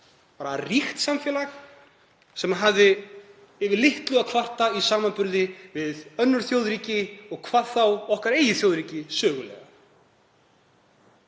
ríkt samfélag sem hafði yfir litlu að kvarta í samanburði við önnur þjóðríki og hvað þá okkar eigið þjóðríki, sögulega.